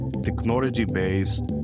technology-based